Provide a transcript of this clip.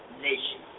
nation